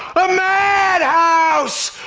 a madhouse!